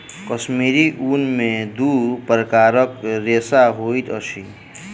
कश्मीरी ऊन में दू प्रकारक रेशा होइत अछि